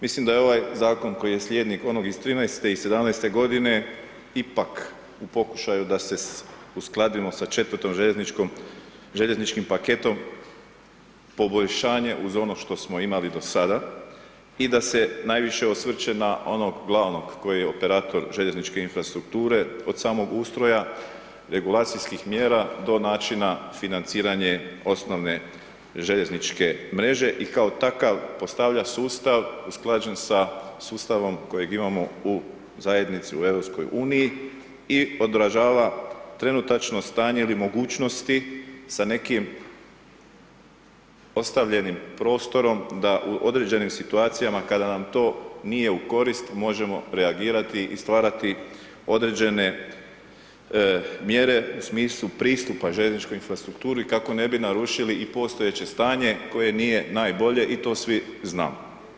Mislim da je ovaj zakon koji je slijednik onog iz 2013. i 2017. godine ipak u pokušaju da se uskladimo sa 4. željezničkim paketom, poboljšanje uz ono što smo imali do sada i da se najviše osvrće na onog glavnog koji je operator željezničke infrastrukture, od samog ustroja, regulacijskih mjera to načina financiranje osnovne željezničke mreže i kao takav postavlja sustav usklađen sa sustavom koji imamo u zajednici, u EU i odražava trenutačno stanje ili mogućnosti sa nekim ostavljenim prostorom da u određenim situacijama kada nam to nije u korist, možemo reagirati i stvarati određene mjere u smislu pristupa željezničkoj infrastrukturi kako ne bi narušili i postojeće stanje koje nije najbolje i to svi znamo.